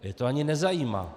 Je to ani nezajímá.